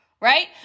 right